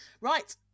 Right